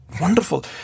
Wonderful